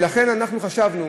אנחנו חשבנו